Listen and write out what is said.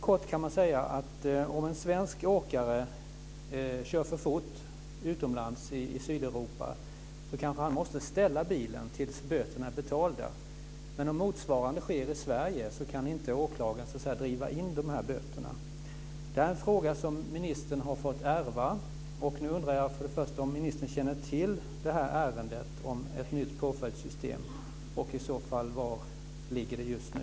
Man kan kort säga att om en svensk åkare kör för fort i ett sydeuropeiskt land, måste denne kanske ställa av bilen tills böterna är betalda, men om motsvarande sker i Sverige kan åklagaren inte driva in böterna. Detta är en fråga som ministern har fått ärva. Jag undrar först om ministern känner till ärendet om ett nytt påföljdssystem och i så fall var det ligger just nu.